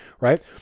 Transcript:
Right